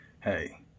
Hey